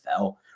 NFL